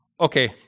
okay